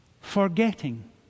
forgetting